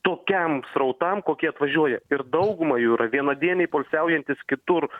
tokiam srautam kokie atvažiuoja ir dauguma jų yra vienadieniai poilsiaujantys kitur